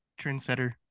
trendsetter